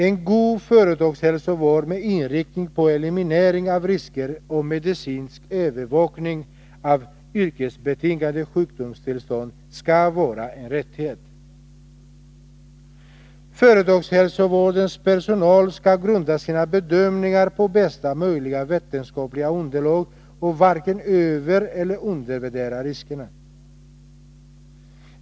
En god företagshälsovård med inriktning på eliminering av risker och medicinsk övervakning av yrkesbetingade sjukdomstillstånd skall vara en rättighet. Företagshälsovårdens personal skall grunda sina bedömningar på bästa möjliga vetenskapliga underlag och varken övereller undervärdera risker.